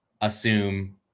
assume